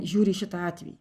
žiūri į šitą atvejį